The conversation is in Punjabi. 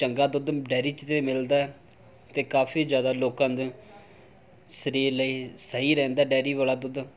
ਚੰਗਾ ਦੁੱਧ ਡੇਅਰੀ 'ਚ ਤਾਂ ਮਿਲਦਾ ਹੈ ਅਤੇ ਕਾਫੀ ਜ਼ਿਆਦਾ ਲੋਕਾਂ ਦੇ ਸਰੀਰ ਲਈ ਸਹੀ ਰਹਿੰਦਾ ਡੇਅਰੀ ਵਾਲਾ ਦੁੱਧ